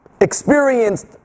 experienced